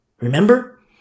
Remember